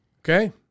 Okay